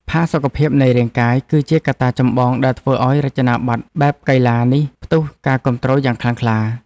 ផាសុកភាពនៃរាងកាយ គឺជាកត្តាចម្បងដែលធ្វើឱ្យរចនាប័ទ្មបែបកីឡានេះផ្ទុះការគាំទ្រយ៉ាងខ្លាំងខ្លា។